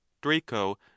draco